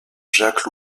jacques